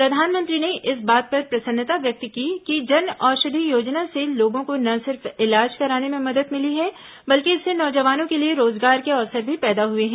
प्रधानमंत्री ने इस बात पर प्रसन्नता व्यक्त की कि जन औषधि योजना से लोगों को न सिर्फ इलाज कराने में मदद मिली है बल्कि इससे नौजवानों के लिए रोजगार के अवसर भी पैदा हुए हैं